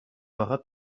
байхад